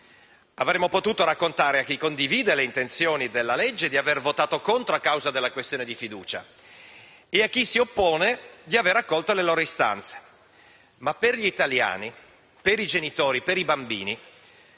Avemmo potuto raccontare a chi condivide le intenzioni del provvedimento di aver votato contro a causa della questione di fiducia e, a chi si oppone, di aver accolto le loro istanze, ma per gli italiani, per i genitori e per i bambini